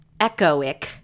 Echoic